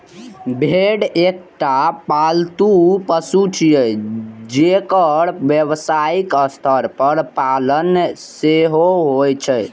भेड़ एकटा पालतू पशु छियै, जेकर व्यावसायिक स्तर पर पालन सेहो होइ छै